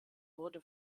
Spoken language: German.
wurde